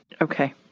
Okay